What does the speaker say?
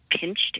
pinched